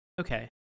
Okay